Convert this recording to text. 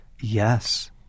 Yes